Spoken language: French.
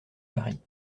paris